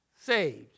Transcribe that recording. saved